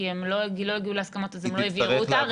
כי הם לא הגיעו להסכמות אז הם לא העבירו אותה.